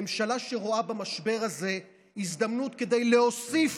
ממשלה שרואה במשבר הזה הזדמנות כדי להוסיף